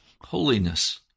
holiness